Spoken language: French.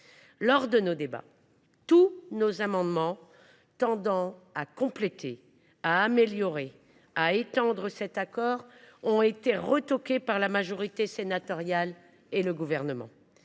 première lecture, tous nos amendements tendant à compléter, améliorer ou étendre cet accord ont été rejetés par la majorité sénatoriale et le Gouvernement.